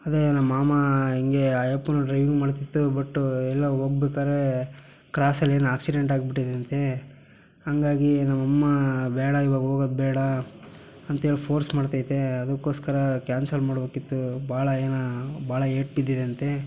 ಅದೇ ನಮ್ಮ ಮಾಮ ಹಿಂಗೆ ಆ ಯಪ್ಪನೂ ಡ್ರೈವಿಂಗ್ ಮಾಡ್ತಿತ್ತು ಬಟ್ಟು ಎಲ್ಲೋ ಹೋಗ್ಬೇಕಾದ್ರೆ ಕ್ರಾಸಲ್ಲಿ ಏನೋ ಆಕ್ಸಿಡೆಂಟ್ ಆಗ್ಬಿಟಿದ್ಯಂತೆ ಹಾಗಾಗಿ ನಮ್ಮ ಅಮ್ಮ ಬೇಡ ಇವಾಗ ಹೋಗೋದು ಬೇಡ ಅಂತ ಹೇಳಿ ಫೋರ್ಸ್ ಮಾಡ್ತೈತೆ ಅದಕ್ಕೋಸ್ಕರ ಕ್ಯಾನ್ಸಲ್ ಮಾಡ್ಬೇಕಿತ್ತು ಭಾಳ ಏನೋ ಭಾಳ ಏಟು ಬಿದ್ದಿದೆ ಅಂತೆ